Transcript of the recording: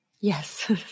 Yes